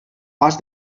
pas